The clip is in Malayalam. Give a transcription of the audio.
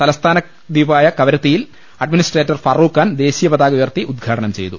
തലസ്ഥാന ദീപമായ കവരത്തിയിൽ അഡ്മിനിസ്ട്രേറ്റർ ഫാറൂഖ് ഖാൻ ദേശീയ പതാക ഉയർത്തി ഉദ്ഘാടനം ചെയ്തു